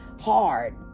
hard